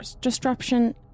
disruption